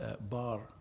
Bar